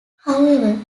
however